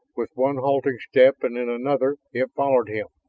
with one halting step and then another, it followed him.